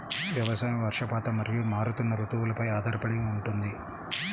వ్యవసాయం వర్షపాతం మరియు మారుతున్న రుతువులపై ఆధారపడి ఉంటుంది